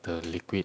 the liquid